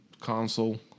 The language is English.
console